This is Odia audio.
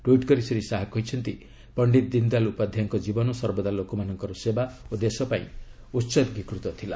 ଟ୍ୱିଟ କରି ଶ୍ରୀ ଶାହା କହିଛନ୍ତି ପଣ୍ଡିତ ଦୀନଦୟାଲ ଉପାଧ୍ଧାୟଙ୍କ ଜୀବନ ସର୍ବଦା ଲୋକମାନଙ୍କର ସେବା ଓ ଦେଶ ପାଇଁ ଉସର୍ଗୀକୃତ ଥିଲା